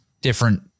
different